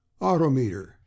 autometer